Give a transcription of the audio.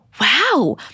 wow